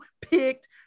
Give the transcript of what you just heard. picked